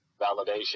validation